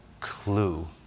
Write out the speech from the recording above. clue